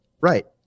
Right